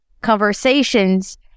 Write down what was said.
conversations